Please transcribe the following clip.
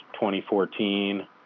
2014